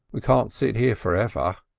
we can't sit here for ever.